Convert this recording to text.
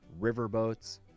riverboats